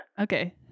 Okay